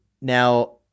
Now